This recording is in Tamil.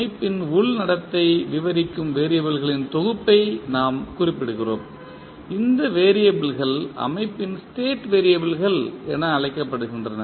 அமைப்பின் உள் நடத்தை விவரிக்கும் வெறியபிள்களின் தொகுப்பை நாம் குறிப்பிடுகிறோம் இந்த வெறியபிள்கள் அமைப்பின் ஸ்டேட் வெறியபிள்கள் என அழைக்கப்படுகின்றன